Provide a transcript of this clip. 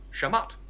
shamat